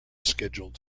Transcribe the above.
scheduled